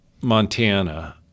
Montana